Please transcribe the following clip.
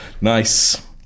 Nice